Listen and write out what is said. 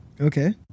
Okay